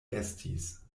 estis